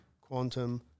quantum